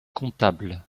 comptable